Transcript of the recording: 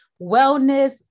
wellness